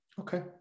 Okay